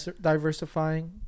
diversifying